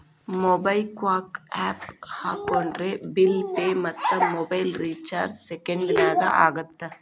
MobiKwik app ಹಾಕೊಂಡ್ರೆ bill pay ಮತ್ತ mobile recharge ಸೆಕೆಂಡನ್ಯಾಗ ಆಗತ್ತ